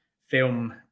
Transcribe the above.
film